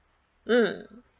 mm